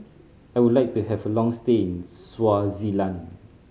I would like to have a long stay in Swaziland